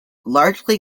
largely